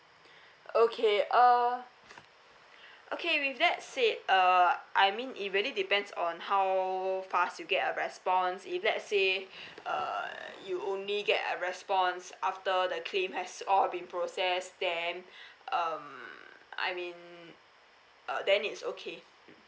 okay uh okay with that said uh I mean it really depends on how fast you get a response if let say uh you only get a response after the claim has all be processed then um I mean uh then it's okay mm